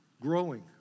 growing